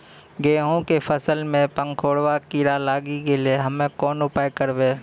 गेहूँ के फसल मे पंखोरवा कीड़ा लागी गैलै हम्मे कोन उपाय करबै?